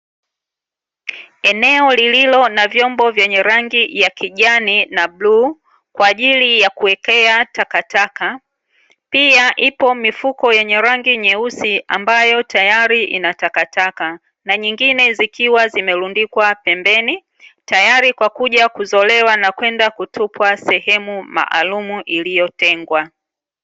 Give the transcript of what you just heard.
Eneo lilo na vyombo vyenye rangi ya kijani na bluu kwa ajili ya kuwekea takataka. Pia ipo mifuko yenye rangi nyeusi ambayo tayari inatakataka, na nyingine zikiwa zimelundikwa pembeni, tayari kwakuja kuzolewa na kwenda kutupwa sehemu maalumu iliyo tengwa.